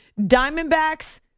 Diamondbacks